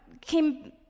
came